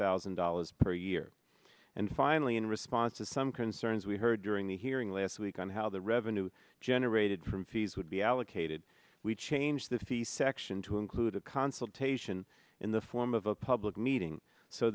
thousand dollars per year and finally in response to some concerns we heard during the hearing last week on how the revenue generated from fees would be allocated we changed the fee section to include a consultation in the form of a public meeting so